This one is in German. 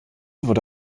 wurde